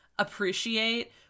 appreciate